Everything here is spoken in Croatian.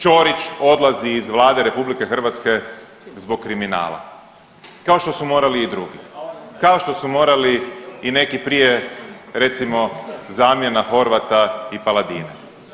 Ćorić odlazi iz Vlade RH zbog kriminala kao što su morali i drugi, kao što su morali i neki prije recimo zamjena Horvata i Paladina.